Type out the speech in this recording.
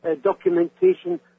documentation